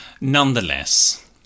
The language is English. nonetheless